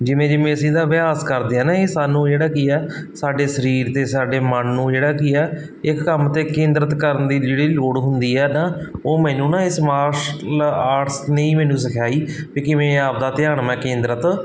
ਜਿਵੇਂ ਜਿਵੇਂ ਅਸੀਂ ਇਹਦਾ ਅਭਿਆਸ ਕਰਦੇ ਹਾਂ ਨਾ ਇਹ ਸਾਨੂੰ ਜਿਹੜਾ ਕੀ ਹੈ ਸਾਡੇ ਸਰੀਰ ਦੇ ਸਾਡੇ ਮਨ ਨੂੰ ਜਿਹੜਾ ਕੀ ਹੈ ਇੱਕ ਕੰਮ 'ਤੇ ਕੇਂਦਰਿਤ ਕਰਨ ਦੀ ਜਿਹੜੀ ਲੋੜ ਹੁੰਦੀ ਹੈ ਨਾ ਉਹ ਮੈਨੂੰ ਨਾ ਇਸ ਮਾਰਸ਼ਲ ਆਰਟਸ ਨੇ ਹੀ ਮੈਨੂੰ ਸਿਖਾਈ ਵੀ ਕਿਵੇਂ ਆਪਦਾ ਧਿਆਨ ਮੈਂ ਕੇਂਦਰਿਤ